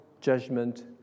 judgment